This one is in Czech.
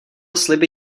sliby